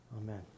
Amen